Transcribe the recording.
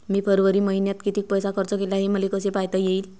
मी फरवरी मईन्यात कितीक पैसा खर्च केला, हे मले कसे पायता येईल?